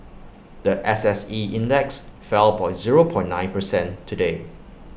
The S S E index fell point zero point nine percent today